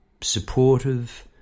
supportive